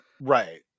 right